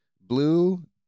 blue